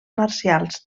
marcials